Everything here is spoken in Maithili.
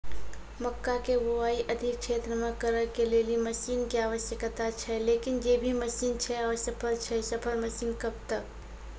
मक्का के बुआई अधिक क्षेत्र मे करे के लेली मसीन के आवश्यकता छैय लेकिन जे भी मसीन छैय असफल छैय सफल मसीन कब तक?